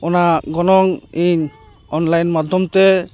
ᱚᱱᱟ ᱜᱚᱱᱚᱝ ᱤᱧ ᱚᱱᱞᱟᱭᱤᱱ ᱢᱟᱫᱽᱫᱷᱚᱢ ᱛᱮ